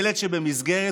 ילד שבמסגרת,